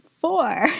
four